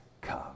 come